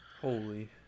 Holy